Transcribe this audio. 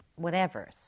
whatevers